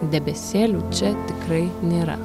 debesėlių čia tikrai nėra